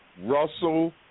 Russell